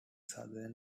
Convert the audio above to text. southern